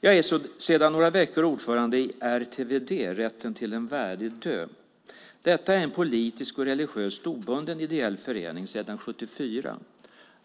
Jag är sedan några veckor ordförande i RTVD, Rätten till en värdig död. Detta är sedan 1974 en politiskt och religiöst obunden ideell förening.